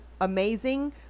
amazing